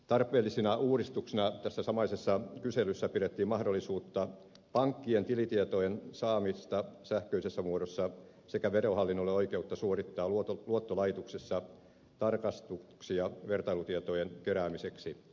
tarpeellisina uudistuksina tässä samaisessa kyselyssä pidettiin mahdollisuutta pankkien tilitietojen saamiseen sähköisessä muodossa sekä verohallinnolle oikeutta suorittaa luottolaitoksessa tarkastuksia vertailutietojen keräämiseksi